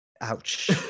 Ouch